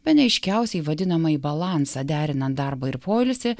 bene aiškiausiai vadinamąjį balansą derinant darbą ir poilsį